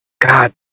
God